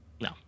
No